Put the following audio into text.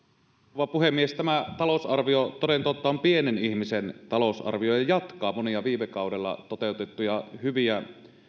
rouva puhemies tämä talousarvio toden totta on pienen ihmisen talousarvio ja jatkaa monia viime kaudella toteutettuja hyviä